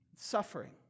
suffering